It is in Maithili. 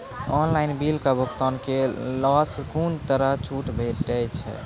ऑनलाइन बिलक भुगतान केलासॅ कुनू तरहक छूट भेटै छै?